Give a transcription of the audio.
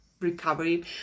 recovery